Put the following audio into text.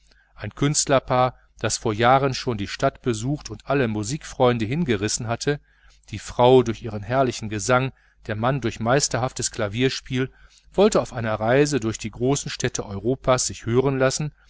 ein künstlerpaar das vor jahren schon die stadt besucht und alle musikfreunde hingerissen hatte die frau durch ihren herrlichen gesang der mann durch meisterhaftes klavierspiel wollte auf einer reise durch die großen städte europas sich hören lassen